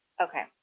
Okay